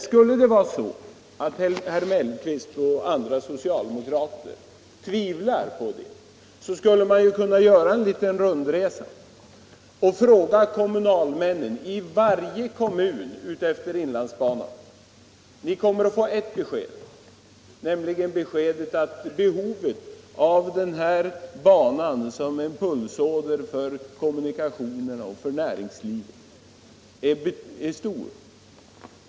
Skulle nu herr Mellqvist och andra socialdemokrater tvivla på betydelsen av att banan bibehålls kan ni ju göra en liten rundresa och fråga kommunalmännen i varje kommun utefter inlandsbanan. Ni kommer att få est besked, nämligen att banan är en pulsåder för kommunikationerna och för näringslivet i inlandet.